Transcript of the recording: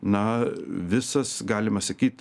na visas galima sakyt